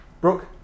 Brooke